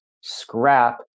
scrap